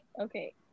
okay